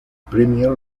premier